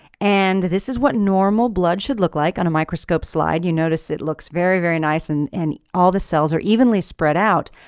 and this is what normal blood should look like on a microscope slide, you notice it looks very very nice and and all the cells are evenly spread out.